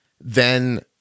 then-